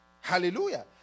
Hallelujah